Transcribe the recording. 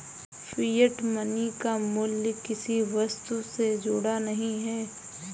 fiat money का मूल्य किसी वस्तु से जुड़ा नहीं है